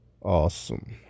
awesome